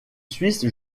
suisses